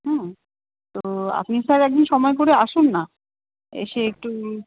হুম তো আপনি স্যার একদিন সময় করে আসুন না এসে একটু